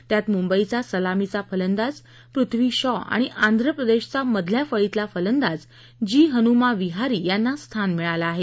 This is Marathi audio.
त्यात मुंबईचा सलामीचा फलंदाज पृथ्वी शॉ आणि आंध्र प्रदेशाचा मधल्या फळीतला फलंदाज जी हनुमा विहारी यांना स्थान मिळालं आहे